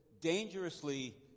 dangerously